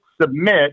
submit